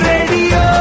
Radio